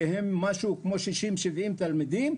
שהם משהו כמו 70-60 תלמידים,